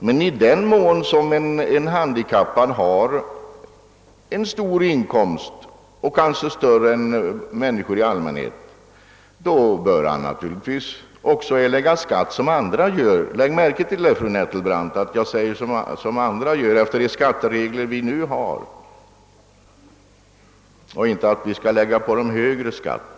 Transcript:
Men i den mån en handikappad har en stor inkomst, kanske större än människor i allmänhet, då bör han naturligtvis också erlägga skatt som andra gör, lägg märke till det, fru Nettelbrandt! Jag säger »som andra gör», efter de skatteregler som vi nu har — inte att vi skall lägga på dem högre skatt.